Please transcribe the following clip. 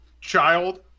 child